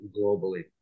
globally